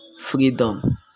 freedom